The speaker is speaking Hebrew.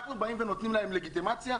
אנחנו נותנים להם לגיטימציה?